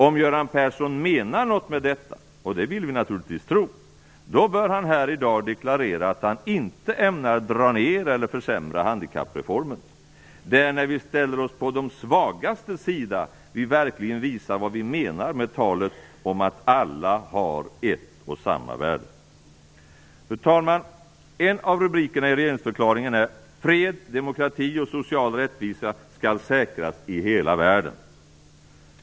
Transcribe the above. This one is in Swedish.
Om Göran Persson menar någonting med detta - och det vill vi naturligtvis tro - bör han här i dag deklarera att han inte ämnar dra ned eller försämra handikappreformen. Det är när vi ställer oss på de svagastes sida vi verkligen visar vad vi menar med talet om att alla har ett och samma värde. Fru talman! En av rubrikerna i regeringsförklaringen är: "Fred, demokrati och social rättvisa skall säkras i hela världen."